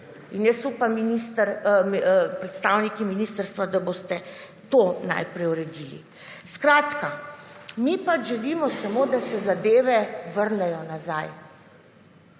In jaz upam predstavniki ministrstva, da boste to najprej uredili. Skratka, mi želimo, da se zadeve vrnejo nazaj,